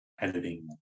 editing